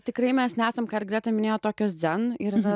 tikrai mes nesam ką ir greta minėjo tokios dzen ir